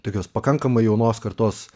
tokios pakankamai jaunos kartos